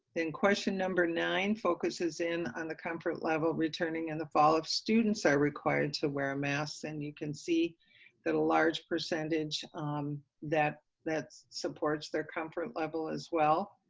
then question number nine, focuses in on the comfort level of returning in the fall, if students are required to wear masks, and you can see that a large percentage that that supports their comfort level as well.